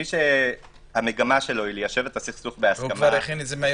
מי שהמגמה שלו ליישב את הסכסוך בהסכמה לא כותב,